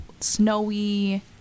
snowy